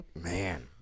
Man